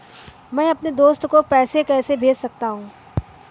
मैं अपने दोस्त को पैसे कैसे भेज सकता हूँ?